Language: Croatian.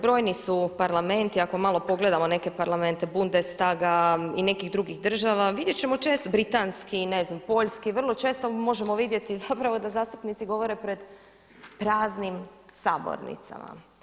Brojni su parlamenti ako malo pogledamo neke parlamente Bundestaga i nekih drugih država vidjet ćemo često, britanski, ne znam poljski, vrlo često možemo vidjeti zapravo da zastupnici govore pred praznim sabornicama.